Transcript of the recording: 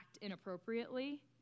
inappropriately